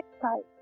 side